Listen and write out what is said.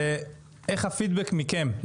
ואיך הפידבק מכם.